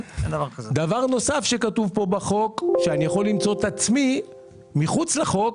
דבר נוסף שכתוב פה בחוק הוא שאני יכול למצוא את עצמי מחוץ לחוק